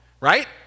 right